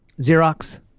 Xerox